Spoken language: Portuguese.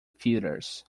theatres